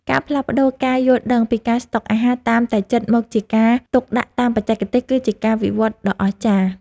ការផ្លាស់ប្តូរការយល់ដឹងពីការស្តុកអាហារតាមតែចិត្តមកជាការទុកដាក់តាមបច្ចេកទេស គឺជាការវិវត្តដ៏អស្ចារ្យ។